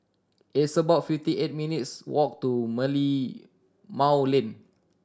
it's about fifty eight minutes' walk to Merlimau Lane